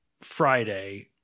Friday